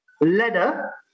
leather